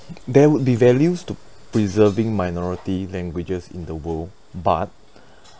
there would be values to preserving minority languages in the world but